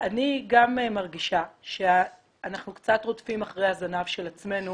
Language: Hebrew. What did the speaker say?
גם אני מרגישה שאנחנו קצת רודפים אחרי הזנב של עצמנו